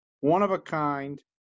one-of-a-kind